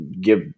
give